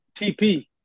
TP